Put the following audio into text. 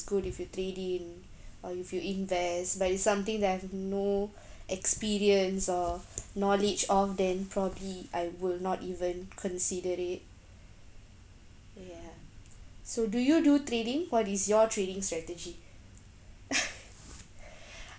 good if you trade in or if you invest but it's something that I have no experience or knowledge of then probably I will not even consider it yeah so do you do trading what is your trading strategy